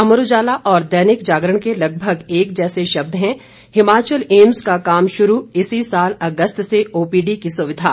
अमर उजाला और दैनिक जागरण के लगभग एक जैसे शब्द हैं हिमाचल एम्स का काम श्रू इसी साल अगस्त से ओपीडी की सुविधा